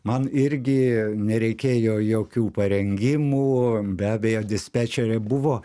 man irgi nereikėjo jokių parengimų be abejo dispečerė buvo